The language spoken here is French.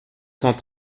cent